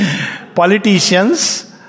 politicians